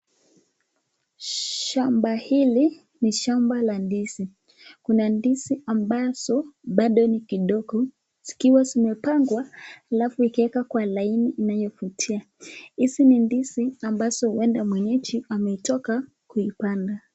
Shamba hili ni shamba la ndizi kuna ndizi ambazo bado ni kidogo zikiwa zimepangwa alafu ikawekwa kwa laini inayovutia, hizi ni ndizi ambayo mwenyeji ametoka kuipanda.